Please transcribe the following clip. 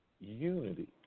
unity